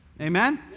Amen